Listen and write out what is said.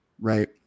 right